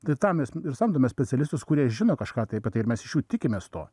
tai tam mes ir samdome specialistus kurie žino kažką tai ir mes iš jų tikimės to